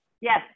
Yes